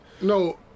No